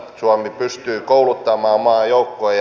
suomi pystyy kouluttamaan maajoukkoja